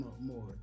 more